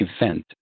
event